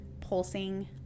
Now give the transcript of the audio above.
pulsing